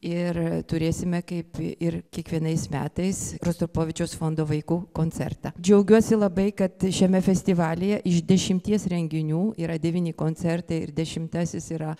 ir turėsime kaip ir kiekvienais metais rostropovičiaus fondo vaikų koncertą džiaugiuosi labai kad šiame festivalyje iš dešimties renginių yra devyni koncertai ir dešimtasis yra